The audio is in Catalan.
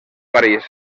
parís